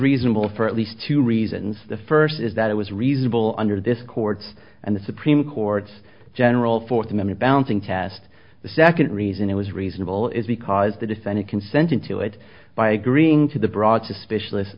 reasonable for at least two reasons the first is that it was reasonable under this court's and the supreme court's general fourth member balancing test the second reason it was reasonable is because the defendant consenting to it by agreeing to the broad suspicio